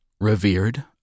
revered